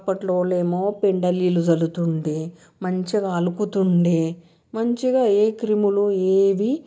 అప్పట్లో లేమో పెంట నీళ్ళు చల్లుతుండే మంచిగా అలుకుతుండే మంచిగా ఏ క్రిములు ఏవి